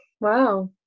Wow